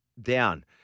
down